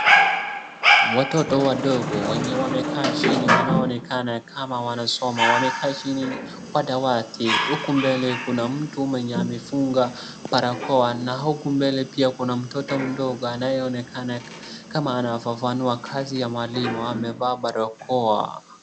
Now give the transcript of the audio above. Watoto wadogo wenye wamekaa chini wanaonekana kama wanasoma. Wamekaa chini kwa dawati huku mbele kuna mtu mwenye amefunga barakoa na huku mbele pia kuna mtoto mdogo anayeonekana kama anafafanua kazi ya mwalimu, amevaa barakoa.